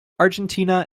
argentina